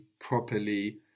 properly